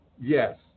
yes